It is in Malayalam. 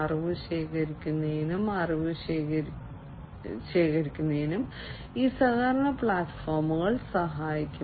അറിവ് ശേഖരിക്കുന്നതിനും അറിവ് ശേഖരിക്കുന്നതിനും ഈ സഹകരണ പ്ലാറ്റ്ഫോം സഹായിക്കും